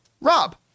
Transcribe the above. Rob